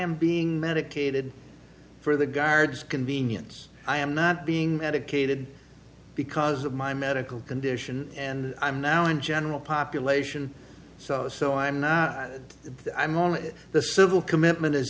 am being medicated for the guards convenience i am not being medicated because of my medical condition and i'm now in general population so so i'm not the i'm on the civil commitment as